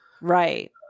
Right